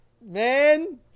Man